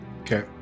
Okay